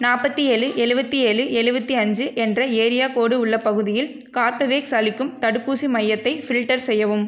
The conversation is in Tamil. நாற்பத்தி ஏழு எழுவத்தி ஏழு எழுவத்தி அஞ்சு என்ற ஏரியா கோடு உள்ள பகுதியில் கார்பவேக்ஸ் அளிக்கும் தடுப்பூசி மையத்தை ஃபில்டர் செய்யவும்